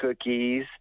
cookies